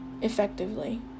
effectively